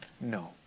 no